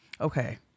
Okay